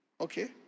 Okay